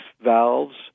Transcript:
valves